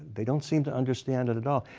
they don't seem to understand it at all.